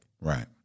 Right